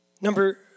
Number